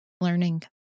learning